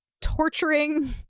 torturing